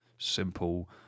Simple